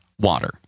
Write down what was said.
water